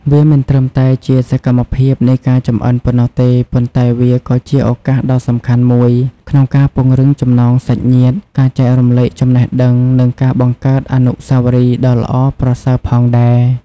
វាមិនត្រឹមតែជាសកម្មភាពនៃការចម្អិនប៉ុណ្ណោះទេ ប៉ុន្តែវាក៏ជាឱកាសដ៏សំខាន់មួយក្នុងការពង្រឹងចំណងសាច់ញាតិ ការចែករំលែកចំណេះដឹង និងការបង្កើតអនុស្សាវរីយ៍ដ៏ល្អប្រសើរផងដែរ ។